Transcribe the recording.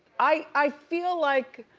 i feel like,